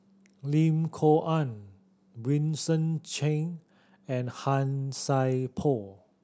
Lim Kok Ann Vincent Cheng and Han Sai Por